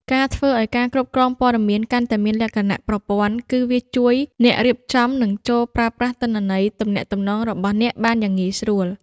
ការធ្វើឲ្យការគ្រប់គ្រងព័ត៌មានកាន់តែមានលក្ខណៈប្រព័ន្ធគឺវាជួយអ្នករៀបចំ និងចូលប្រើប្រាស់ទិន្នន័យទំនាក់ទំនងរបស់អ្នកបានយ៉ាងងាយស្រួល។